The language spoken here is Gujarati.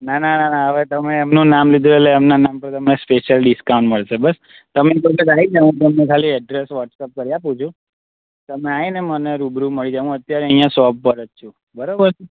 ના ના ના ના હવે તમે એમનું નામ લીધું એટલે એમનાં નામ પર તમને સ્પેસયલ ડિસ્કાઉન્ટ મળશે બસ તમે એક વખત આવીને હું તમને ખાલી અડ્રેસ વોટસેપ કરી આપું છું તમે આવીને મને રૂબરૂ મળી જાઓ હું અત્યારે અહીંયા શોપ પર જ છું બરાબર છે